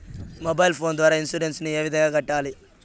mobile phone ద్వారా insurance ఏ విధంగా కట్టాలి